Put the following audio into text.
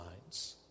minds